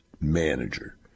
manager